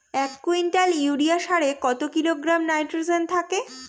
এক quintal urea সারে কত কিলোগ্রাম নাইট্রোজেন থাকে?